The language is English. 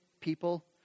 people